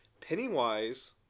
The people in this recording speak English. Pennywise